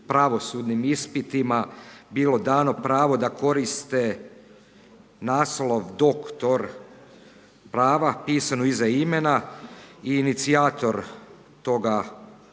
pravosudnim ispitima bilo dano pravo da koriste naslov doktor prava pisan iza imena i inicijator toga